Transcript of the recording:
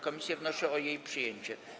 Komisje wnoszą o jej przyjęcie.